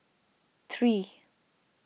three